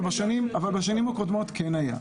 אבל בשנים הקודמות כן היה.